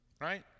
right